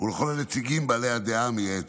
ולכל הנציגים בעלי הדעה המייעצת.